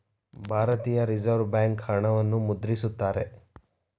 ಭಾರತೀಯ reserve bank ಹಣವನ್ನು ಮುದ್ರಿಸುತ್ತಾರೆ